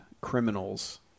criminals